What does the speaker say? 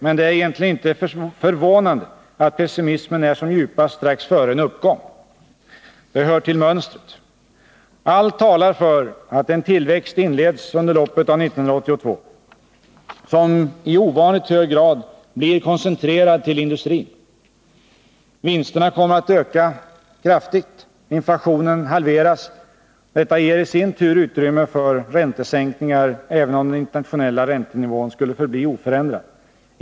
Men det är egentligen inte förvånande att pessimismen är som djupast strax före en uppgång. Det hör till mönstret. Allt talar för att en tillväxt inleds under loppet av 1982, som i ovanligt hög grad blir koncentrerad till industrin. Vinsterna kommer att öka kraftigt. Inflationen halveras. Detta ger i sin tur utrymme för räntesänkningarna, även om den internationella räntenivån skulle förbli oförändrad.